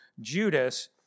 Judas